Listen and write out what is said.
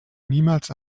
niemals